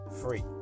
free